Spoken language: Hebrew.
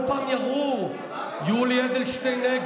כל פעם יראו: יולי אדלשטיין,